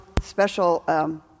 special